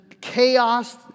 chaos